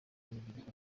urubyiruko